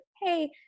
Hey